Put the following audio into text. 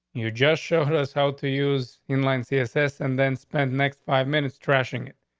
you just show us how to use in line css and then spend next five minutes trashing it.